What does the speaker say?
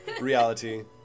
reality